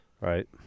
Right